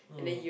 mm